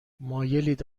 مایلید